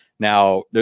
Now